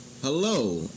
Hello